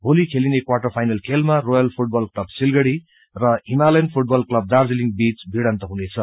भोली खेलिने quarter final खेलामा रोयल फूटबल क्लब विगड़ी र हिमालयन फूटबल क्लब दार्जीलिङ बीच भिडन्त हुनेछ